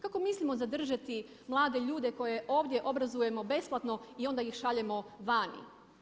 Kako mislimo zadržati mlade ljude koje ovdje obrazujemo besplatno i onda ih šaljemo vani?